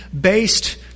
based